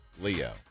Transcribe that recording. Leo